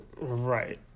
right